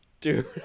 Dude